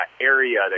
area